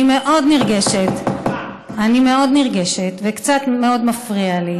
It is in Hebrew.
אני מאוד נרגשת ומאוד מפריע לי.